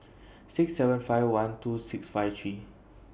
six seven five one two six five three